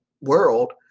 world